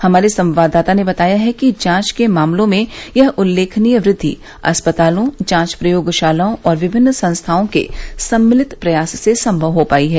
हमारे संवाददाता ने बताया है कि जांच के मामलों में यह उल्लेखनीय वृद्धि अस्पतालों जांच प्रयोगशालाओं और विभिन्न संस्थाओं के सम्मिलित प्रयास से संभव हो पाई है